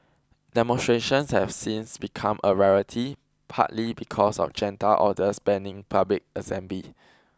demonstrations have since become a rarity partly because of junta orders banning public assembly